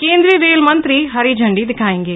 केंद्रीय रेल मंत्री हरी झंडी दिखाएंगे